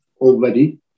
already